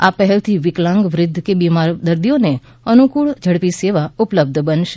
આ પહેલથી વિકલાંગ વૃદ્ધ કે બિમાર દર્દીઓને અનુકૂળ ઝડપી સેવા ઉપલબ્ધ બનશે